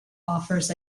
offers